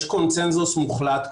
יש קונצנזוס מוחלט,